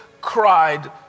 cried